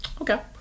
Okay